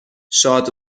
شاد